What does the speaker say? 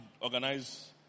organize